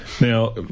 Now